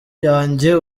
yanjye